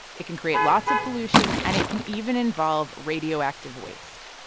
it can create lots of pollution, and it can even involve radioactive waste